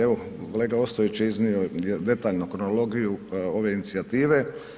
Evo kolega Ostojić je iznio detaljnu kronologiju ove inicijative.